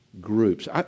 groups